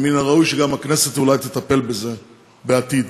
ומן הראוי שגם הכנסת אולי תטפל בזה בעתיד.